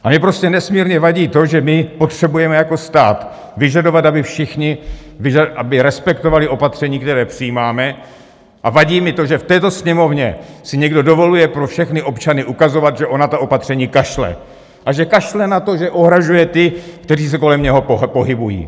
A mně prostě nesmírně vadí to, že my potřebujeme jako stát vyžadovat, aby všichni respektovali opatření, která přijímáme, a vadí mi to, že v této Sněmovně si někdo dovoluje pro všechny občany ukazovat, že on na ta opatření kašle a že kašle na to, že ohrožuje ty, kteří se kolem něho pohybují.